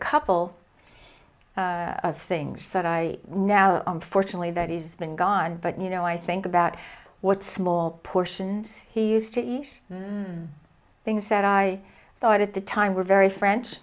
couple things that i know unfortunately that is been gone but you know i think about what small portions he used to things that i thought at the time were very french